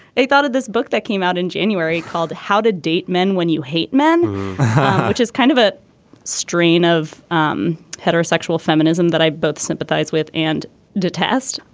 a thought of this book that came out in january called how to date men when you hate men which is kind of a strain of um heterosexual feminism that i both sympathize with and detest.